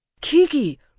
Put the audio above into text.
Kiki